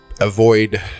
avoid